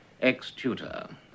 ex-tutor